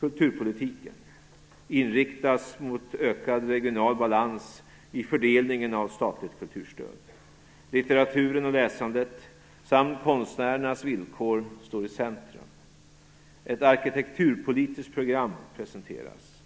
Kulturpolitiken inriktas mot ökad regional balans i fördelningen av statligt kulturstöd. Litteraturen och läsandet samt konstnärernas villkor står i centrum. Ett arkitekturpolitiskt program prestenteras.